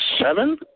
seven